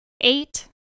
Eight